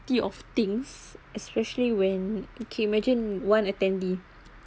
of things especially when okay imagine one attendee